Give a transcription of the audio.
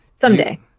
Someday